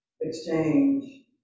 exchange